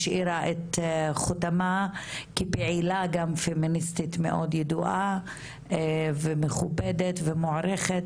השאירה את חותמה גם כפעילה פמיניסטית מאוד ידועה ומכובדת ומוערכת